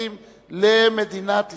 מתייחסים למדינת ישראל.